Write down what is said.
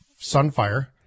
Sunfire